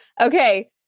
Okay